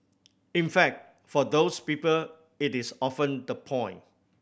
in fact for those people it is often the point